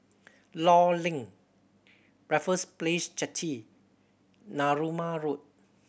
Law Link Raffles Place Jetty Narooma Road